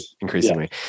increasingly